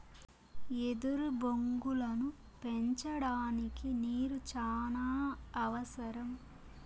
ఎదురు బొంగులను పెంచడానికి నీరు చానా అవసరం